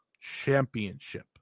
Championship